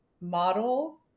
model